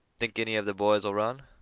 think any of the boys ll run?